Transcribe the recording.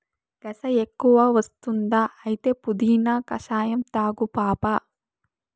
గస ఎక్కువ వస్తుందా అయితే పుదీనా కషాయం తాగు పాపా